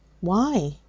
Why